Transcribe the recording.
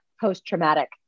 post-traumatic